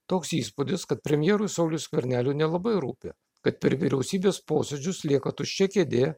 toks įspūdis kad premjerui sauliui skverneliui nelabai rūpi kad per vyriausybės posėdžius lieka tuščia kėdė